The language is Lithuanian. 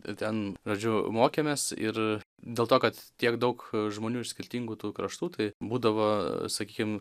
ir ten žodžiu mokėmės ir dėl to kad tiek daug žmonių iš skirtingų tų kraštų tai būdavo sakykim